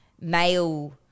male